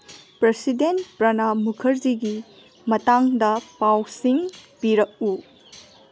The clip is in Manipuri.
ꯄ꯭ꯔꯁꯤꯗꯦꯟ ꯄ꯭ꯔꯅꯥꯞ ꯃꯨꯈꯔꯖꯤꯒꯤ ꯃꯇꯥꯡꯗ ꯄꯥꯎꯁꯤꯡ ꯄꯤꯔꯛꯎ